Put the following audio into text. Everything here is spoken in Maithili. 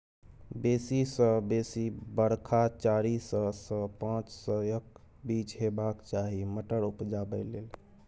बेसी सँ बेसी बरखा चारि सय सँ पाँच सयक बीच हेबाक चाही मटर उपजाबै लेल